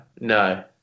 no